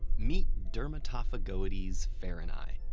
meet dermatophagoides farinae.